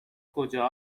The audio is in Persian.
کجا